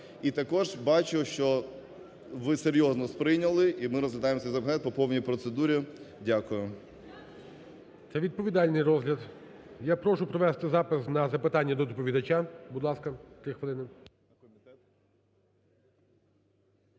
І також бачу, що ви серйозно сприйняли і ми розглядаємо цей законопроект по повній процедурі. Дякую. ГОЛОВУЮЧИЙ. Це відповідальний розгляд. Я прошу провести запис на запитання до доповідача, будь ласка, три хвилини.